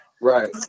Right